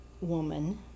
woman